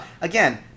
Again